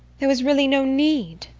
there was really no need